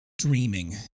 dreaming